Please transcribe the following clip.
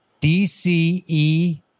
DCE